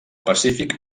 pacífic